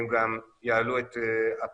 הם גם יעלו את הפריון,